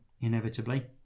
inevitably